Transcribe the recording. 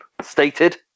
stated